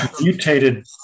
mutated